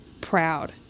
proud